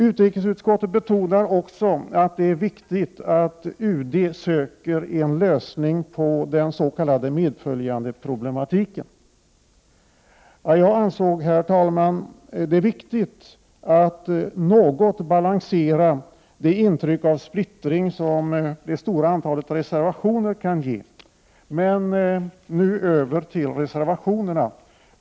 Utrikesutskottet betonar också att det är viktigt att UD söker en lösning på den s.k. medföljandeproblematiken. Jag ansåg det viktigt, herr talman, att något balansera det intryck av splittring som det stora antalet reservationer kan ge. Men nu över till reservationerna.